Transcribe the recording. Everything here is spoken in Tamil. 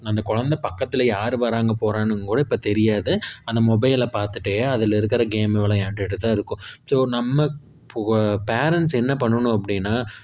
அந்த குழந்த பக்கத்தில் யார் வராங்க போறாங்கன்னு கூட இப்போ தெரியாது அந்த மொபைலை பார்த்துட்டே அதில் இருக்கிற கேம் விளையாண்டுட்டு தான் இருக்கும் ஸோ நம்ம போ பேரண்ட்ஸ் என்ன பண்ணணும் அப்படின்னா